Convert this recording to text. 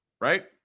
right